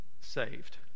saved